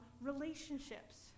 relationships